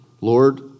Lord